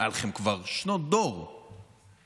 היו לכם כבר שנות דור שלמות